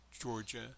Georgia